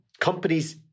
companies